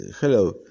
hello